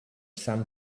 some